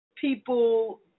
people